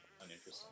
uninteresting